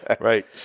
Right